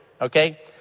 okay